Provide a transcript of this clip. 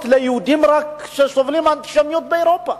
רק ליהודים שסובלים מאנטישמיות באירופה,